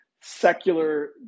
secular